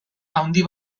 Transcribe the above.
handi